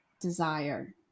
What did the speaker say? desire